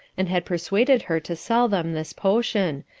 and had persuaded her to sell them this potion,